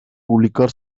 publicar